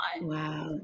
Wow